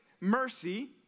mercy